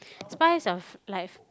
spice of life